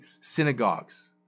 synagogues